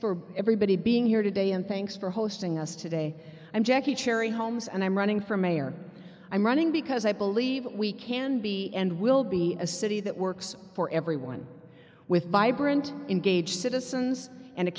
for everybody being here today and thanks for hosting us today i'm jackie cherry homes and i'm running for mayor i'm running because i believe we can be and will be a city that works for everyone with vibrant engage citizens and